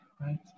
right